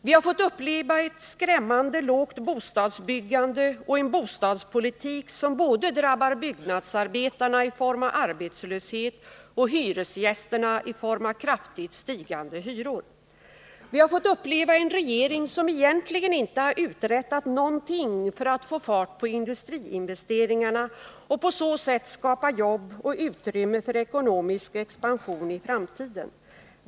Vi har fått uppleva ett skrämmande lågt bostadsbyggande och en bostadspolitik som drabbar både byggnadsarbetarna i form av arbetslöshet och hyresgästerna i form av kraftigt stigande hyror. Vi har fått uppleva en regering som egentligen inte har uträttat någonting för att få fart på industriinvesteringarna och på så sätt skapa jobb och utrymme för ekonomisk expansion i framtiden.